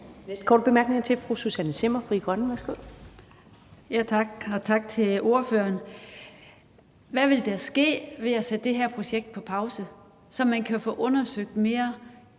næste korte bemærkning er til fru Susanne Zimmer, Frie Grønne. Værsgo. Kl. 19:56 Susanne Zimmer (FG): Tak, og tak til ordføreren. Hvad ville der ske ved at sætte det her projekt på pause, så man kan få undersøgt mere